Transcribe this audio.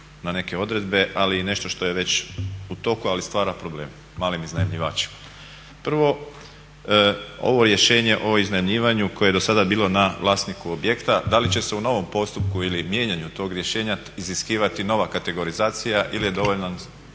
na neke odredbe, ali i nešto što je već u toku ali stvara probleme malim iznajmljivačima. Prvo, ovo rješenje o iznajmljivanju koje je do sada bilo na vlasniku objekta, da li će se u novom postupku ili mijenjanju tog rješenja iziskivati nova kategorizacija ili je dovoljno